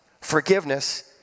Forgiveness